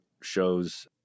shows